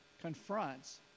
confronts